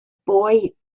boy